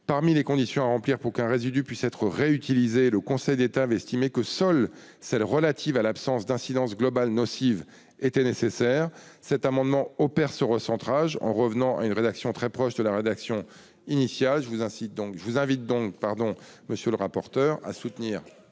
Parmi les conditions à remplir pour qu'un résidu puisse être réutilisé, le Conseil d'État avait estimé que seule était nécessaire celle qui est relative à l'absence d'incidence globale nocive. Cet amendement permet d'opérer ce recentrage en revenant à une rédaction très proche de la rédaction initiale. Je vous invite donc, monsieur le rapporteur, à soutenir